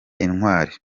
intwali